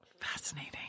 Fascinating